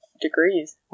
degrees